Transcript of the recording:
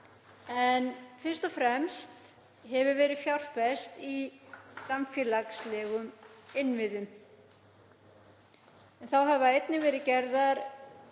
En fyrst og fremst hefur verið fjárfest í samfélagslegum innviðum. Þá hafa einnig verið gerðar